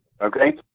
Okay